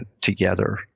together